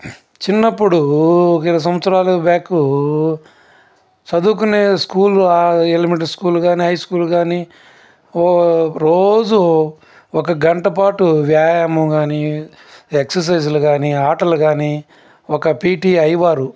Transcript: చిన్నప్పుడు ఒక ఇరవై సంవత్సరాల బ్యాకు చదువుకునే స్కూల్లో ఎలిమెంటరీ స్కూల్ కానీ హై స్కూల్ కానీ వో రోజు ఒక గంట పాటు వ్యాయామం కానీఎక్సెస్సైజులు కానీ ఆటలు కానీ ఒక పీటీ అయ్యవారు